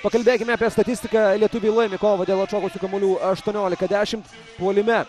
pakalbėkime apie statistiką lietuviai laimi kovą dėl atšokusių kamuolių aštuoniolika dešimt puolime